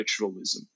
virtualism